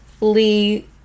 Lee